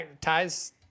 Ties